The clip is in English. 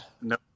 no